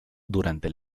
durante